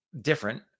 different